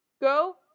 go